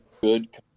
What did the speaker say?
good